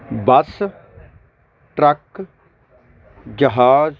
ਬੱਸ truck ਜਹਾਜ਼